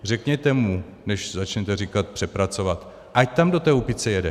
Řekněte mu, než začnete říkat přepracovat, ať tam do té Úpice jede.